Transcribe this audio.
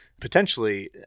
potentially